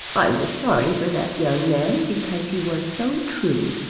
i was sorry for that young man, because he was so true.